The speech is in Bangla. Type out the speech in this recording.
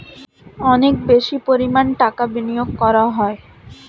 অনেক বেশি পরিমাণ টাকা বিনিয়োগ করা হয়